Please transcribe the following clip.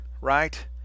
right